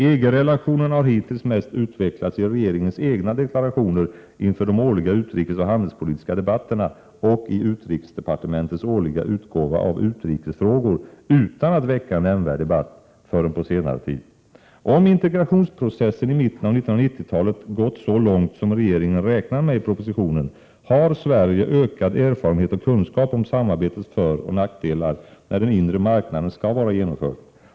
EG-relationerna har hittills mest utvecklats i regeringens egna deklarationer inför de årliga utrikesoch handelspolitiska debatterna och i utrikesdepartementets årliga utgåva av Utrikesfrågor utan att väcka nämnvärd debatt, förrän på senare tid. Om integrationsprocessen i mitten av 1990-talet gått så långt som regeringen räknar med i propositionen, har Sverige ökad erfarenhet och kunskap om samarbetets föroch nackdelar, när den inre marknaden skall vara genomförd.